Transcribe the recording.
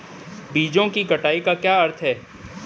बीजों की कटाई का क्या अर्थ है?